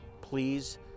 Please